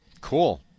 Cool